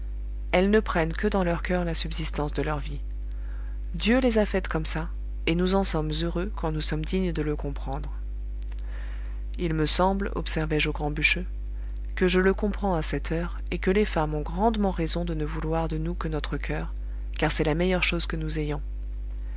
elles ne prennent que dans leur coeur la subsistance de leur vie dieu les a faites comme ça et nous en sommes heureux quand nous sommes dignes de le comprendre il me semble observai-je au grand bûcheux que je le comprends à cette heure et que les femmes ont grandement raison de ne vouloir de nous que notre coeur car c'est la meilleure chose que nous ayons